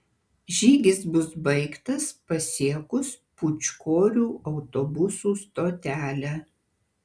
žygis bus baigtas pasiekus pūčkorių autobusų stotelę